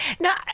No